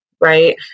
right